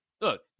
look